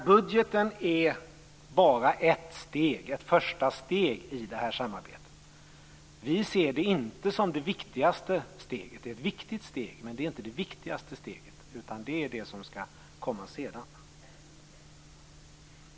Budgeten är bara ett första steg i samarbetet. Vi ser det inte som det viktigaste steget. Det är ett viktigt steg, men det är inte det viktigaste steget. Det skall komma sedan.